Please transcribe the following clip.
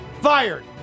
Fired